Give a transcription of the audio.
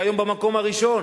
שהיא היום במקום הראשון.